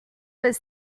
was